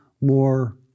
more